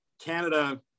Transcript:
Canada